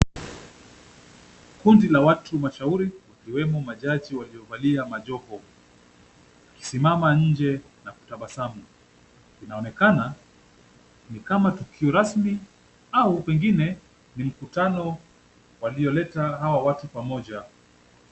Kundi la watu mashauri ikiwemo ma judge waliovalia majoho, wakisimama nje na kutabasamu. Inaonekana ni kama tukio rasmi au pengine ni mkutano walioleta hawa watu pamoja.